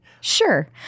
Sure